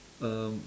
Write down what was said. um